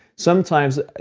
sometimes,